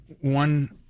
one